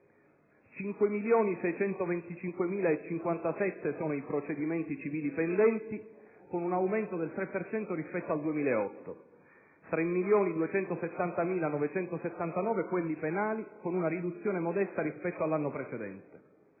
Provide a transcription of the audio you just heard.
5.625.057 sono i procedimenti civili pendenti, con un aumento del 3 per cento rispetto al 2008; 3.270.979 quelli penali, con una riduzione modesta rispetto all'anno precedente;